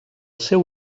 seu